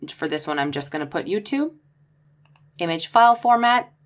for this one, i'm just going to put you to image file format,